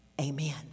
Amen